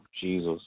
Jesus